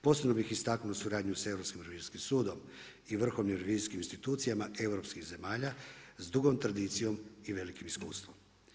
Posebno bih istaknuo sa Europskim revizijskim sudom i vrhovnim revizijskim institucijama europskih zemalja s dugom tradicijom i velikim iskustvom.